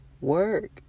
work